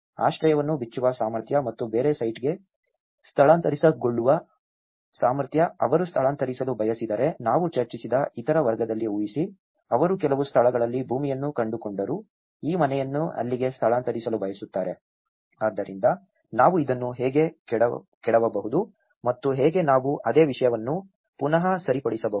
ಆಶ್ರಯವನ್ನು ಬಿಚ್ಚುವ ಸಾಮರ್ಥ್ಯ ಮತ್ತು ಬೇರೆ ಸೈಟ್ಗೆ ಸ್ಥಳಾಂತರಗೊಳ್ಳುವ ಸಾಮರ್ಥ್ಯ ಅವರು ಸ್ಥಳಾಂತರಿಸಲು ಬಯಸಿದರೆ ನಾವು ಚರ್ಚಿಸಿದ ಇತರ ವರ್ಗದಲ್ಲಿ ಊಹಿಸಿ ಅವರು ಕೆಲವು ಸ್ಥಳಗಳಲ್ಲಿ ಭೂಮಿಯನ್ನು ಕಂಡುಕೊಂಡರು ಈ ಮನೆಯನ್ನು ಅಲ್ಲಿಗೆ ಸ್ಥಳಾಂತರಿಸಲು ಬಯಸುತ್ತಾರೆ ಆದ್ದರಿಂದ ನಾವು ಇದನ್ನು ಹೇಗೆ ಕೆಡವಬಹುದು ಮತ್ತು ಹೇಗೆ ನಾವು ಅದೇ ವಿಷಯವನ್ನು ಪುನಃ ಸರಿಪಡಿಸಬಹುದು